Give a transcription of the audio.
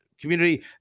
community